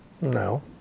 No